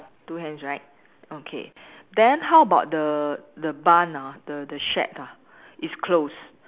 two hands right okay then how about the the bun ah the the shack ah it's closed